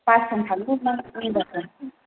बासजों थाङोना विंगारजों